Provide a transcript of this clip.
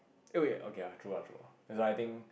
eh wait okay true ah true ah that's why I think